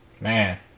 Man